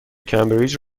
کمبریج